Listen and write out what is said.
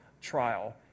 trial